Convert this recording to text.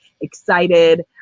excited